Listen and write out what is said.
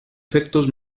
efectos